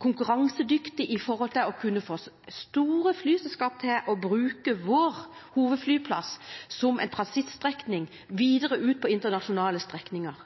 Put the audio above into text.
konkurransedyktig for å få store flyselskaper til å bruke vår hovedflyplass som transitt videre ut på internasjonale strekninger.